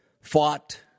fought